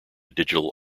digital